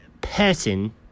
person